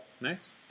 nice